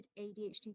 ADHD